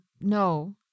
No